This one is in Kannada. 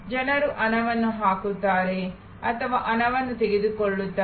ಜನರು ಹಣವನ್ನು ಹಾಕುತ್ತಾರೆ ಅಥವಾ ಹಣವನ್ನು ತೆಗೆದುಕೊಳ್ಳುತ್ತಾರೆ